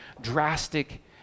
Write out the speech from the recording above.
drastic